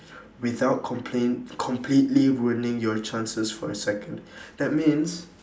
without comple~ completely ruining your chances for a second that means